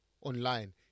online